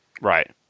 Right